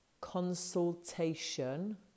consultation